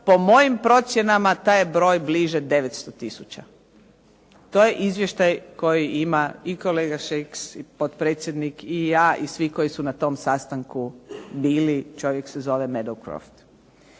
Po mojim procjenama taj je broj bliže 900 tisuća. To je izvještaj koji ima i kolega Šeks potpredsjednik i ja i svi koji su na tom sastanku bili. Čovjek se zove Meadwcroft.